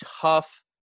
tough